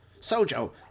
Sojo